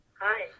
Hi